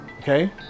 Okay